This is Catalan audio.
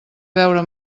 veure